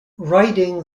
riding